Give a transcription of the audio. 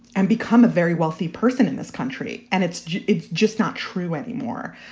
and become a very wealthy person in this country. and it's it's just not true anymore.